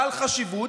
בעל חשיבות,